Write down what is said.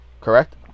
Correct